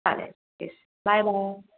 चालेल के bye bye